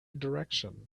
direction